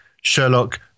Sherlock